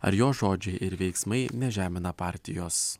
ar jo žodžiai ir veiksmai nežemina partijos